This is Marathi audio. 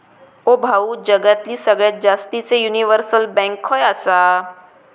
ओ भाऊ, जगातली सगळ्यात जास्तीचे युनिव्हर्सल बँक खय आसा